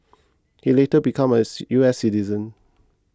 he later became a U S citizen